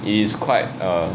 it is quite a